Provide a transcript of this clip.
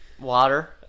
Water